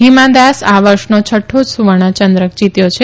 હીમા દાસ આ વર્ષનો છઠ્ઠો સુવર્ણચંદ્રક જીત્યો છે